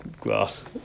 grass